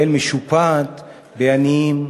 ישראל משופעת בעניים,